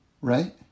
Right